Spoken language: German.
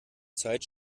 zeit